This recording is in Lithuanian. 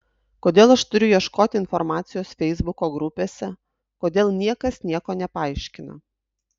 kodėl aš turiu ieškoti informacijos feisbuko grupėse kodėl niekas nieko nepaaiškina